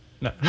no